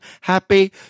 happy